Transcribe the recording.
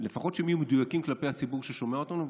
שלפחות דברים יהיו מדויקים כלפי הציבור ששומע אותנו,